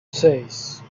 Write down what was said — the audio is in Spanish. seis